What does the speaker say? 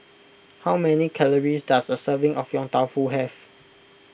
how many calories does a serving of Yong Tau Foo have